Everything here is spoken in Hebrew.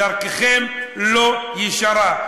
דרככם לא ישרה.